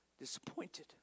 disappointed